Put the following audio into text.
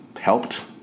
helped